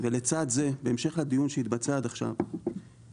ולצד זה, בהמשך לדיון שהתבצע עד עכשיו היעילות